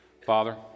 Father